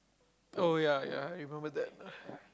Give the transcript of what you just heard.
oh ya ya I remember that